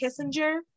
Kissinger